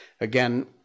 again